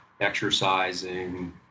exercising